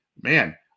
man